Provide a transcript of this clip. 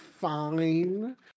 fine